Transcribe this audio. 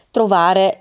trovare